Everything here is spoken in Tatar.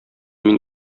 мин